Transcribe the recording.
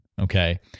Okay